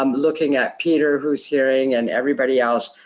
um looking at peter, who's hearing, and everybody else,